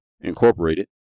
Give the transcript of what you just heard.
Incorporated